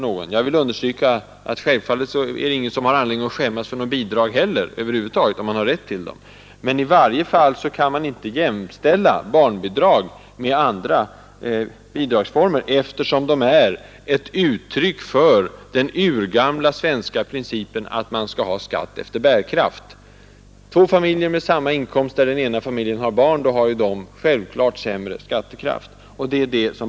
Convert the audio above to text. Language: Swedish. Jag vill understryka att självfallet finns det inte anledning att skämmas över ett bidrag heller, om man har rätt att få det. Men i varje fall kan inte barnbidraget jämställas med andra bidragsformer, eftersom barnbidraget är ett uttryck för den urgamla svenska principen om skatt efter bärkraft. Om två familjer har lika stor inkomst men bara den ena familjen har barn, så är det klart att barnfamiljen har sämre skattekraft.